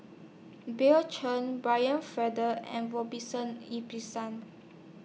Bill Chen Brian Farrell and Ibbetson